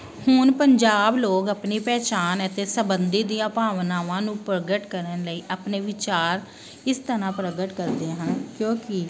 ਹੁਣ ਪੰਜਾਬ ਲੋਕ ਆਪਣੀ ਪਹਿਚਾਣ ਅਤੇ ਸੰਬੰਧੀ ਦੀਆਂ ਭਾਵਨਾਵਾਂ ਨੂੰ ਪ੍ਰਗਟ ਕਰਨ ਲਈ ਆਪਣੇ ਵਿਚਾਰ ਇਸ ਤਰ੍ਹਾਂ ਪ੍ਰਗਟ ਕਰਦੇ ਹਨ ਕਿਉਂਕਿ